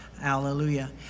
Hallelujah